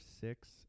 six